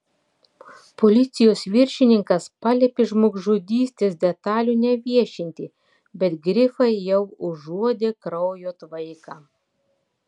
policijos viršininkas paliepė žmogžudystės detalių neviešinti bet grifai jau užuodė kraujo tvaiką